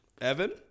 Evan